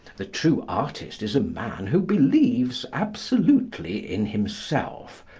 the true artist is a man who believes absolutely in himself,